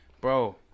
Bro